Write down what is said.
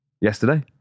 yesterday